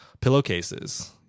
pillowcases